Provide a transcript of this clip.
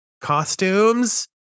costumes